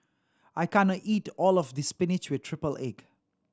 I can't eat all of this spinach with triple egg